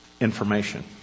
information